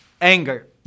Anger